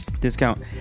discount